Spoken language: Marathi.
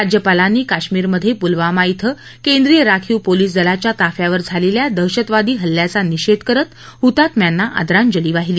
राज्यपालांनी काश्मीरमध्ये पुलवामा श्विं केंद्रीय राखीव पोलिस दलाच्या ताफ्यावर झालेल्या दहशतवादी हल्ल्याचा निषेध करत हुतात्म्यांना आदरांजली वाहिली